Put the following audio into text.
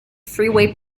freeway